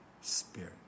Spirit